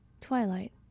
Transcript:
twilight